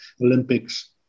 Olympics